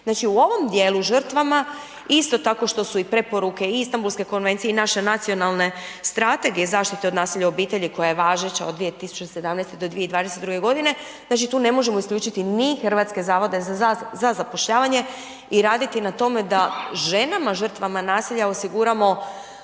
Znači u ovom dijelu žrtvama isto tako što su i preporuke i Istanbulske konvencije i naše Nacionalne strategije zaštite od nasilja u obitelji koja je važeća od 2017. do 2022. godine, znači tu ne možemo isključiti ni Hrvatske zavode za zapošljavanje i raditi na tome da ženama žrtvama nasilja osiguramo